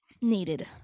needed